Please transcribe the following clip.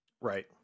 Right